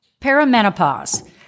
perimenopause